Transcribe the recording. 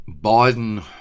Biden